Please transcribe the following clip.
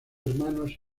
hermanos